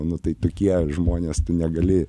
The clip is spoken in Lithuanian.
nu tai tokie žmonės negali